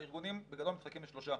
הארגונים בגדול מתחלקים לשלושה,